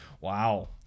Wow